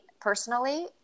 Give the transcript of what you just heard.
personally